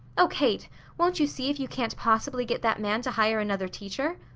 oh, kate, won't you see if you can't possibly get that man to hire another teacher?